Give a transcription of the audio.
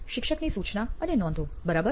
શિક્ષકની સૂચના અને નોંધો બરાબર